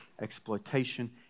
exploitation